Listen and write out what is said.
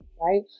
right